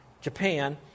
Japan